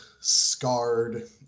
scarred